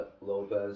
Lopez